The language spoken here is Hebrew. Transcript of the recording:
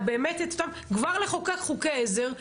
כבר לחוקק חוקי עזר,